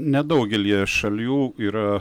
nedaugelyje šalių yra